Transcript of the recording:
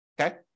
okay